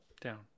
down